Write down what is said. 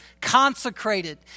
consecrated